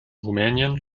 rumänien